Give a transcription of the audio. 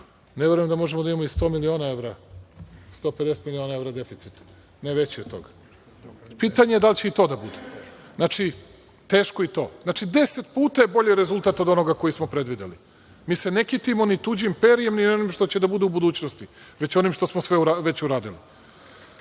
ne verujem da možemo da imamo i 100 miliona evra, 150 miliona evra u deficitu. Ne veći od toga. Pitanje je da li će i to da bude. Teško je i to. Znači, 10 puta je bolji rezultat od onog koji smo predvideli. Mi se ne kitimo ni tuđim perjem niti onim što će da bude u budućnosti, već onim što smo već uradili. Govorite